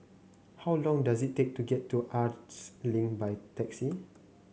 how long does it take to get to Arts Link by taxi